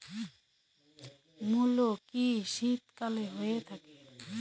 মূলো কি শীতকালে হয়ে থাকে?